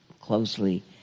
closely